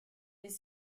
n’est